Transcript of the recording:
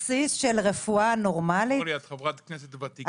ד"ר כרמית קלר-חלמיש, יועמ"שית של מרכזי הסיוע.